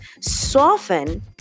Soften